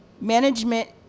management